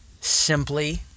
Simply